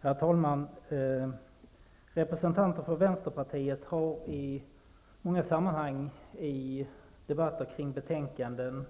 Herr talman! Representanter för vänsterpartiet har i många sammanhang i debatter om betänkanden